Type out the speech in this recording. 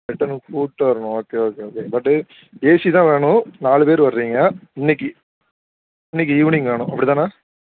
return கூப்பிட்டு வரணுமா okay okay okay பட்டு ஏசி தான் வேணும் நாலு பேர் வர்றீங்க இன்றைக்கி இன்றைக்கி ஈவினிங் வேணும் அப்படிதானே